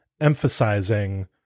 emphasizing